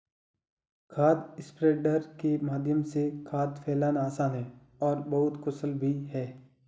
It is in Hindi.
खाद स्प्रेडर के माध्यम से खाद फैलाना आसान है और यह बहुत कुशल भी है